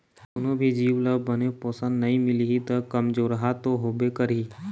कोनो भी जीव ल बने पोषन नइ मिलही त कमजोरहा तो होबे करही